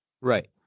Right